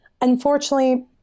Unfortunately